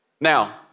Now